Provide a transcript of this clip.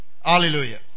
hallelujah